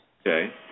okay